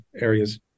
areas